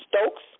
Stokes